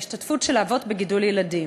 ההשתתפות של האבות בגידול ילדים.